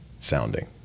sounding